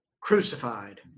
crucified